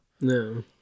No